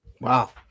wow